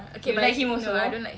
you like him also